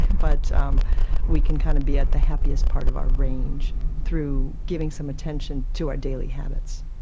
but um we can kind of be at the happiest part of our range through giving some attention to our daily habits.